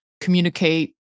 communicate